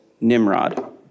Nimrod